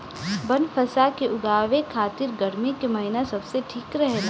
बनफशा के उगावे खातिर गर्मी के महिना सबसे ठीक रहेला